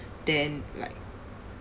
than like